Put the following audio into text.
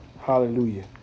Hallelujah